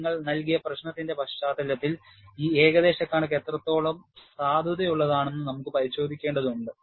നിങ്ങൾ നൽകിയ പ്രശ്നത്തിന്റെ പശ്ചാത്തലത്തിൽ ഈ ഏകദേശ കണക്ക് എത്രത്തോളം സാധുതയുള്ളതാണെന്ന് നമുക്ക് പരിശോധിക്കേണ്ടതുണ്ട്